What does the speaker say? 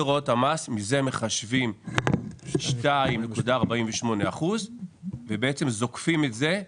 הוראות המס מזה מחשבים 2.48% ובעצם זוקפים את זה לעובד,